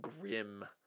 grim